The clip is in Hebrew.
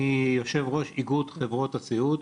אני יו"ר איגוד חברות הסיעוד,